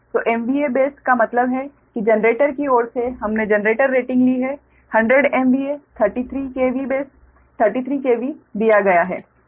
तो MVA base का मतलब है कि जनरेटर की ओर से हमने जनरेटर रेटिंग ली है 100 MVA 33 KV बेस 33 KV दिया गया है